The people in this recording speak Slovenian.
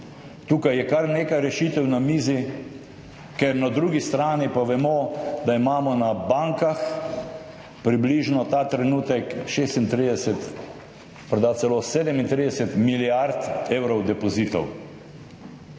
Tukaj je kar nekaj rešitev na mizi. Ker na drugi strani pa vemo, da imamo na bankah ta trenutek približno 36, morda celo 37 milijard evrov depozitov